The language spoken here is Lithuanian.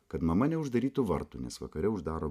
kad mama neuždarytų vartų nes vakare uždaro